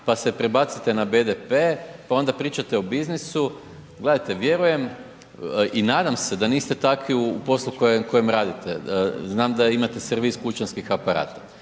pa se prebacite na BDP pa onda pričate o biznisu, gledajte, vjerujem i nadam se da niste kakvi u poslu u kojem radite, znam da imate servis kućanskih aparata.